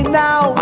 now